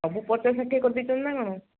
ସବୁ ପଚାଶ ଷାଠିଏ କରିଦେଇଛନ୍ତିନା କ'ଣ